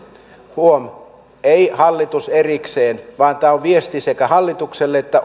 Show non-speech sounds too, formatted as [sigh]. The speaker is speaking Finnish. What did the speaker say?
huom ei hallitus erikseen vaan tämä on viesti sekä hallitukselle että [unintelligible]